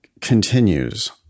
continues